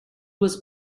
was